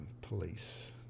police